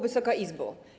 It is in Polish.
Wysoka Izbo!